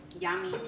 yummy